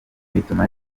bituma